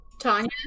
Tanya